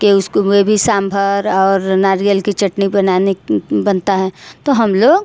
के उसको वे भी साम्भर और नारियल की चटनी बनाने बनता हैं तो हम लोग